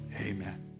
amen